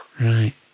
Right